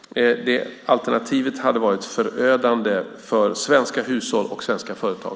Alternativet hade varit förödande för svenska hushåll och svenska företag.